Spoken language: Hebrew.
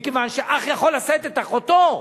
כי אח יכול לשאת את אחותו,